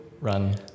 run